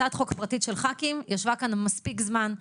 הצעת חוק פרטית של ח"כים ישבה כאן מספיק זמן,